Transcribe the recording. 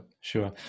sure